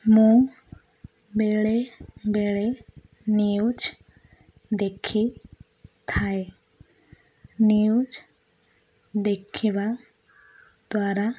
ମୁଁ ବେଳେ ବେଳେ ନ୍ୟୁଜ୍ ଦେଖିଥାଏ ନ୍ୟୁଜ୍ ଦେଖିବା ଦ୍ୱାରା